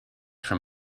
from